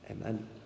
amen